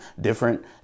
Different